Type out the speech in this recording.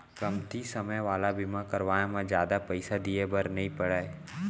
कमती समे वाला बीमा करवाय म जादा पइसा दिए बर नइ परय